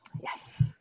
Yes